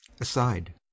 Aside